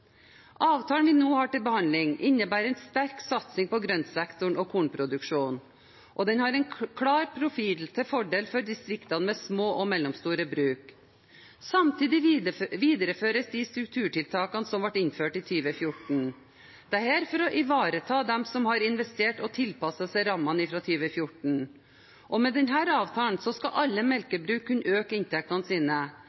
Avtalen vi nå har til behandling, innebærer en sterk satsing på grøntsektoren og på kornproduksjon, og den har en klar profil til fordel for distriktene med små og mellomstore bruk. Samtidig videreføres de strukturtiltakene som ble innført i 2014 – dette for å ivareta dem som har investert og tilpasset seg rammene fra 2014. Med denne avtalen skal alle